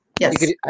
Yes